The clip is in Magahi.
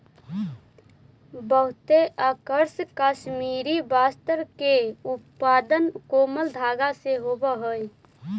बहुते आकर्षक कश्मीरी वस्त्र के उत्पादन कोमल धागा से होवऽ हइ